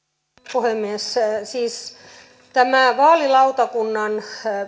puhemies siis tästä vaalilautakunnan